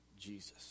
Jesus